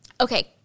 Okay